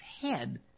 head